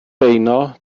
beuno